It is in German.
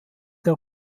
der